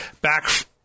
back